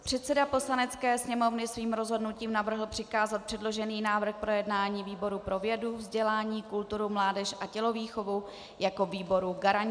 Předseda Poslanecké sněmovny svým rozhodnutím navrhl přikázat předložený návrh k projednání výboru pro vědu, vzdělání, kulturu, mládež a tělovýchovu jako výboru garančnímu.